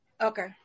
Okay